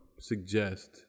suggest